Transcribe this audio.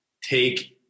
take